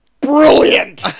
brilliant